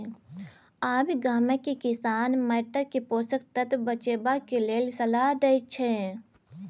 आब गामक किसान माटिक पोषक तत्व बचेबाक लेल सलाह दै छै